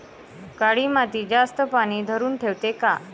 काळी माती जास्त पानी धरुन ठेवते का?